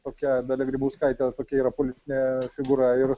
tokia dalia grybauskaitė tokia yra politinė figūra ir